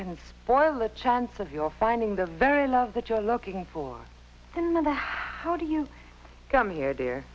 can spoil the chance of your finding the very love that you're looking for another how do you come here the